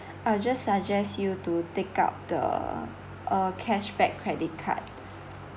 I'll just suggest you to take up the uh cashback credit card